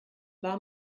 war